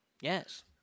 Yes